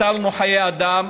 הצלנו חיי אדם,